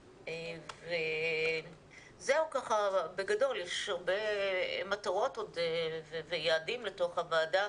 וזהו, בגדול, יש הרבה מטרות ויעדים לתוך הוועדה